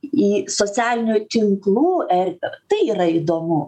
į socialinių tinklų erdvę tai yra įdomu